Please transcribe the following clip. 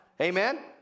Amen